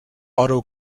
otto